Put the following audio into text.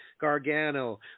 Gargano